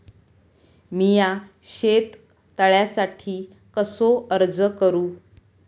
मीया शेत तळ्यासाठी कसो अर्ज करू?